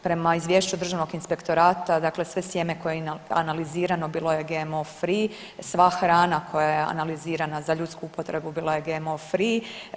Prema izvješću državnog inspektorata, dakle sve sjeme koje je analizirano bilo je GMO free, sva hrana koja je analizirana za ljudsku upotrebu bila je GMO free.